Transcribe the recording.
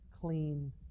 Clean